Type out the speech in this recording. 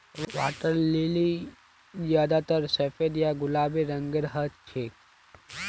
water lily ज्यादातर सफेद या गुलाबी रंगेर हछेक